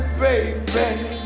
baby